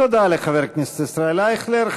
תודה לחבר הכנסת ישראל אייכלר.